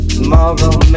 Tomorrow